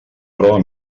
prova